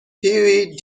huey